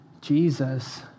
Jesus